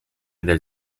del